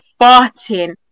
farting